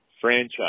franchise